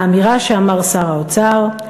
האמירה שאמר שר האוצר,